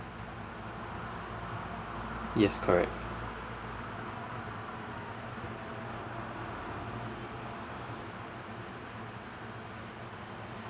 yes correct